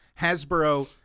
Hasbro